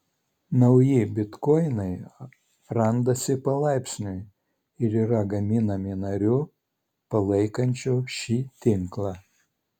nauji bitkoinai randasi palaipsniui ir yra gaminami narių palaikančių šį tinklą